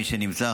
מי שנמצא,